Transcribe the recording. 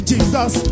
Jesus